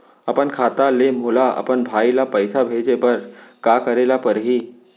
अपन खाता ले मोला अपन भाई ल पइसा भेजे बर का करे ल परही?